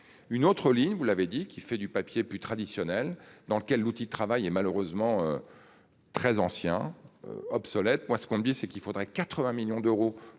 Une autre ligne, vous l'avez dit qui fait du papier plus traditionnel dans lequel l'outil de travail et malheureusement. Très ancien. Obsolète moi ce qu'on dit c'est qu'il faudrait 80 millions d'euros